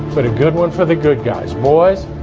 but a good one for the good guys. boys,